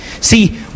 See